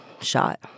shot